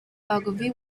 ogilvy